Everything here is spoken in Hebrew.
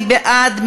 מי בעד?